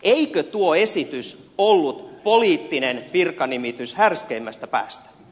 eikö tuo esitys ollut poliittinen virkanimitys härskeimmästä päästä